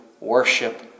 worship